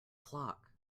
clock